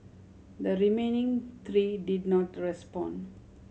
the remaining three did not respond